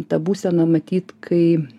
ta būsena matyt kai